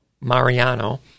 Mariano